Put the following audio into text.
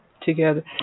together